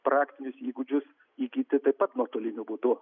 praktinius įgūdžius įgyti taip pat nuotoliniu būdu